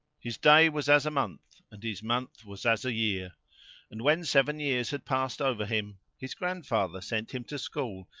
his day was as a month and his month was as a year and, when seven years had passed over him, his grandfather sent him to school,